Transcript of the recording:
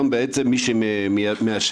הוא נותן לי,